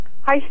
Hi